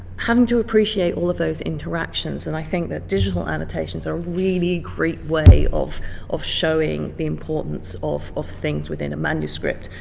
having to appreciate all of those interactions. and i think that digital annotations are a really great way of of showing the importance of of things within a manuscript.